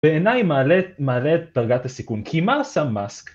‫בעיניי מעלה את, מעלה את דרגת הסיכון, ‫כי מה עשה מאסק?